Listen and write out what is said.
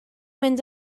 mynd